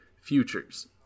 futures